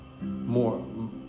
more